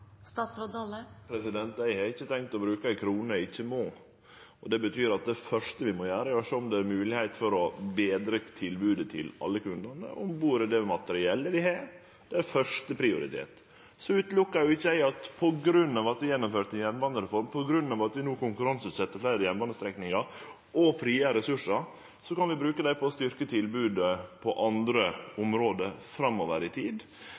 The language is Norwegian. Eg har ikkje tenkt til å bruke ei krone eg ikkje må, og det betyr at det første vi må gjere, er å sjå om det er mogelegheit for å betre tilbodet til alle kundane, og der det materiellet vi har, er første prioritet. Eg ser ikkje bort frå at på grunn av at vi har gjennomført ei jernbanereform, på grunn av at vi no konkurranseutset fleire jernbanestrekningar og frigjer ressursar, kan vi bruke det på å styrkje tilbodet